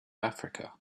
africa